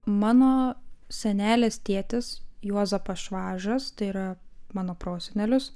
mano senelės tėtis juozapas švažas tai yra mano prosenelis